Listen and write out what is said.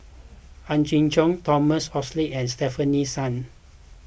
Ang Hiong Chiok Thomas Oxley and Stefanie Sun